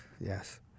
yes